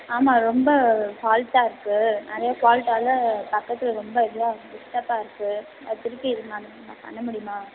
ஆமாம் ரொம்ப ஃபால்ட்டாக இருக்குது நிறைய ஃபால்ட்டால் பக்கத்தில் ரொம்ப இதாக டிஸ்டப்பாக இருக்குது அதை திருப்பி இது மண்ணு மண் பண்ண முடியுமா